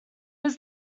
was